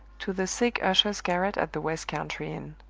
to the sick usher's garret at the west-country inn.